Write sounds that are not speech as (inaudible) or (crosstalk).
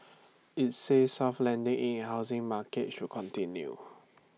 (noise) IT says soft landing in housing market should continue